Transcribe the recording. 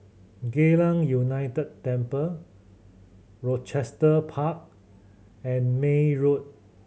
Geylang United Temple Rochester Park and May Road